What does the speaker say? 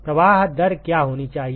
प्रवाह दर क्या होनी चाहिए